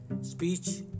speech